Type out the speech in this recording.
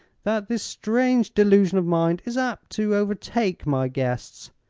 that this strange delusion of mind is apt to overtake my guests.